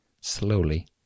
slowly